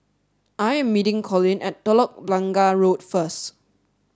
I am meeting Collin at Telok Blangah Road first